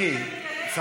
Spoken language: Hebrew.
אתה התחייבת ולא עלית.